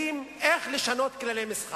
חבר הכנסת ברכה ימשיך.